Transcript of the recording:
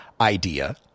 idea